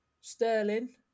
Sterling